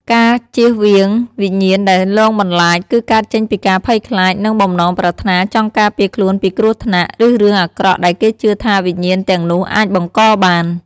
ការជៀសវាងវិញ្ញាណដែលលងបន្លាច គឺកើតចេញពីការភ័យខ្លាច និងបំណងប្រាថ្នាចង់ការពារខ្លួនពីគ្រោះថ្នាក់ ឬរឿងអាក្រក់ដែលគេជឿថាវិញ្ញាណទាំងនោះអាចបង្កបាន។